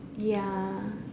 ya